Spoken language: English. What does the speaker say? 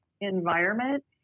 environment